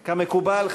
כמקובל,